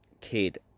kid